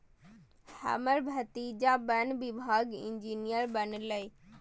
हमर भतीजा वन विभागक इंजीनियर बनलैए